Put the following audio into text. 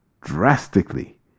drastically